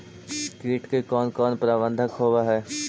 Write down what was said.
किट के कोन कोन प्रबंधक होब हइ?